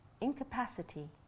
incapacity